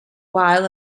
wael